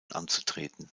anzutreten